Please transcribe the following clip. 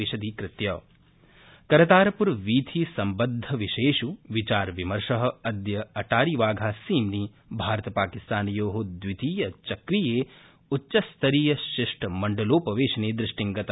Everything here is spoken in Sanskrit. करतारपुरवीथी उपवेशनम् करतारप्रवीथीसम्बद्धविषयेष् विचार विमर्श अद्य अटारी वाघा सीम्नि भारतपाकिस्तानयो द्वितीयचक्रीये उच्चस्तरीयशिष्टमण्डलोपवेशने दृष्टिगंत